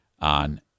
on